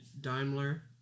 Daimler